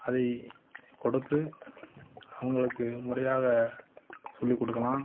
அதை கொடுத்து அவங்களுக்கு முறையாக சொல்லிக்கொடுக்கலாம்